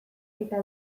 eta